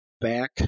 back